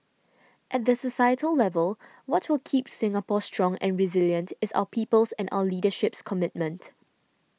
at the societal level what will keep Singapore strong and resilient is our people's and our leadership's commitment